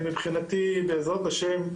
מבחינתי בעזרת ה',